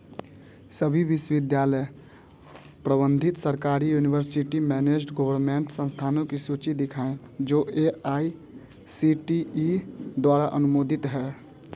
सभी विश्वविद्यालय प्रबंधित सरकारी यूनिवर्सिटी मैनेज्ड गोरमेंट संस्थानों की सूची दिखाएँ जो A I C T E द्वारा अनुमोदित हैं